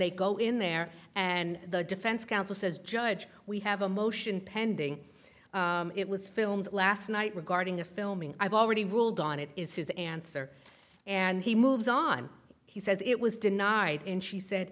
they go in there and the defense counsel says judge we have a motion pending it was filmed last night regarding the filming i've already ruled on it is his answer and he moves on he says it was denied and she said